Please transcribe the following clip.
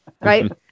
right